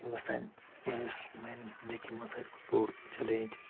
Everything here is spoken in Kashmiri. یہِ اوس سانہِ یہِ اوس میانہِ زندگی منٛز ساروٕے کھۄتہٕ بوٚڑ چیلینج